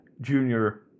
junior